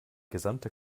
gesamte